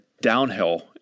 downhill